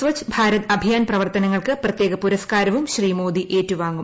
സ്വഛ് ഭാരത് അഭിയാൻ പ്രവർത്തനങ്ങൾക്ക് പ്രത്യേക പുരസ്കാരവും ശ്രീ മോദി ഏറ്റു വാങ്ങും